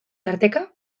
tarteka